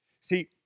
See